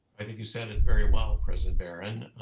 i think you said it very well, president barron.